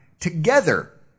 together